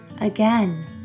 Again